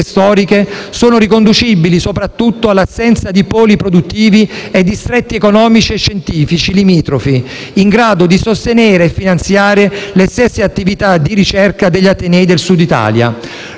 storiche, sono riconducibili soprattutto all'assenza di poli produttivi e distretti economici e scientifici limitrofi in grado di sostenere e finanziare le stesse attività di ricerca degli atenei del Sud Italia.